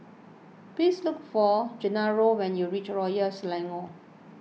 please look for Gennaro when you reach Royal Selangor